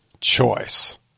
choice